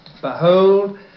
Behold